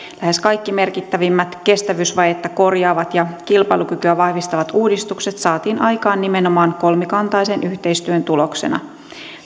lähes kaikki merkittävimmät kestävyysvajetta korjaavat ja kilpailukykyä vahvistavat uudistukset saatiin aikaan nimenomaan kolmikantaisen yhteistyön tuloksena